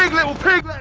like little pig